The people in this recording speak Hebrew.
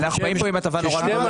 אנחנו באים כאן עם הטבה מאוד גדולה.